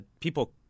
people